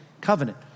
covenant